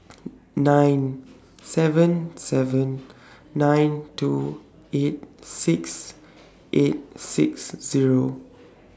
nine seven seven nine two eight six eight six Zero